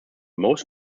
most